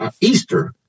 Easter